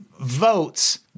votes